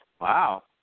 Wow